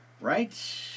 Right